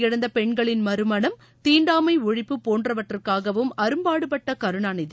இழந்த பெண்களின் மறுமணம் தீண்டாமை ஒழிப்பு போன்றவற்றுக்காகவும் கணவனை அரும்பாடுபட்ட கருணாநிதி